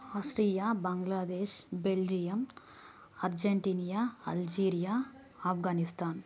Austria Bangladesh Belgium Argentina Algeria Afghanistan